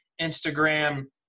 Instagram